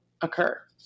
occur